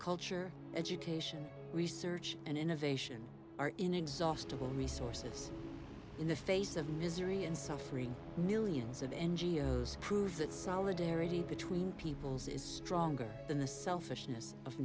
culture education research and innovation are inexhaustible resources in the face of misery and suffering millions of n g o s prove that solidarity between peoples is stronger than the selfishness of